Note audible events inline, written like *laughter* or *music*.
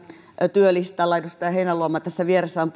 työlistalla edustaja heinäluoma tässä vieressä on *unintelligible*